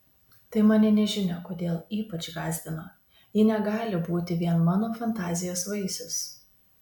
tai mane nežinia kodėl ypač gąsdino ji negali būti vien mano fantazijos vaisius